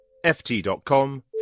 ft.com